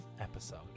episode